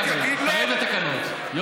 אבל שר יכול לענות, לא,